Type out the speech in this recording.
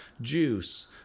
juice